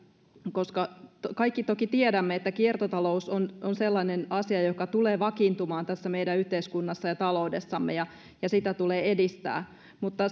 nimittäin kaikki toki tiedämme että kiertotalous on on sellainen asia joka tulee vakiintumaan tässä meidän yhteiskunnassamme ja taloudessamme ja ja sitä tulee edistää mutta